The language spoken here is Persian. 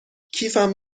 کیفم